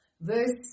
verse